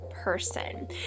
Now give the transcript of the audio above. person